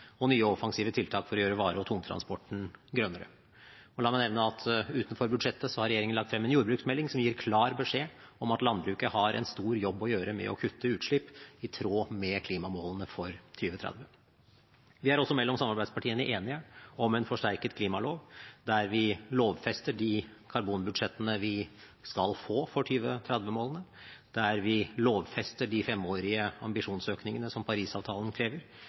og nye offensive tiltak for å gjøre vare- og tungtransporten grønnere. La meg nevne at utenfor budsjettet har regjeringen lagt frem en jordbruksmelding som gir klar beskjed om at landbruket har en stor jobb å gjøre med å kutte utslipp i tråd med klimamålene for 2030. Vi og samarbeidspartiene er også enige om en forsterket klimalov, der vi lovfester de karbonbudsjettene vi skal få for 2030-målene, der vi lovfester de femårige ambisjonsøkningene som Paris-avtalen krever,